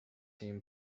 team